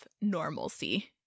normalcy